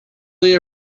they